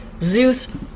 Zeus